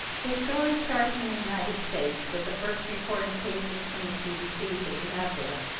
his story starts in the united states, with the first reported cases from the cdc that you have there,